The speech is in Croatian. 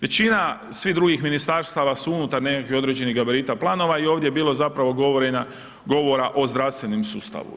Većina, svih drugih ministarstava su unutar nekakvih određenih gabarita planova i ovdje je bilo zapravo govora o zdravstvenom sustavu.